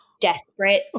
desperate